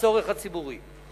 הצורך הציבורי.